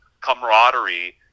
camaraderie